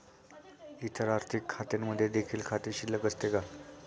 इतर आर्थिक खात्यांमध्ये देखील खाते शिल्लक असते का?